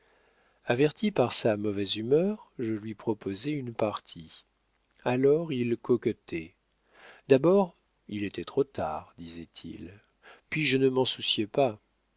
averti par sa mauvaise humeur je lui proposais une partie alors il coquetait d'abord il était trop tard disait-il puis je ne m'en souciais pas